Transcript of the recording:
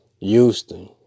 Houston